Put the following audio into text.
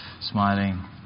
Smiling